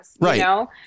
Right